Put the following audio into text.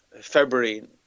February